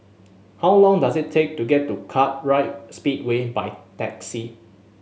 how long does it take to get to Kartright Speedway by taxi